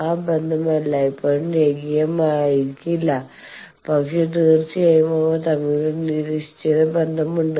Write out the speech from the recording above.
ആ ബന്ധം എല്ലായ്പ്പോഴും രേഖീയമായിരിക്കില്ല പക്ഷേ തീർച്ചയായും അവ തമ്മിൽ ഒരു നിശ്ചിത ബന്ധമുണ്ട്